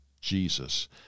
Jesus